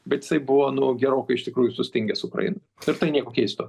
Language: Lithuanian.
bet jisai buvo nu gerokai iš tikrųjų sustingęs ukrainoj ir tai nieko keisto